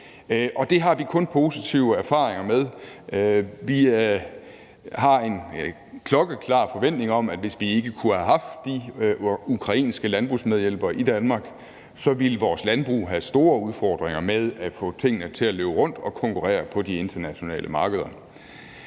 og det har vi kun positive erfaringer med. Vi har en klokkeklar forventning om, at hvis ikke vi kunne have haft de ukrainske landbrugsmedhjælpere i Danmark, så ville vores landbrug have store udfordringer med at få tingene til at løbe rundt og konkurrere på de internationale markeder.